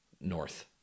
North